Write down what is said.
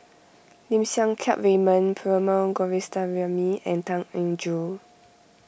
Lim Siang Keat Raymond Perumal Govindaswamy and Tan Eng Joo